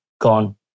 gone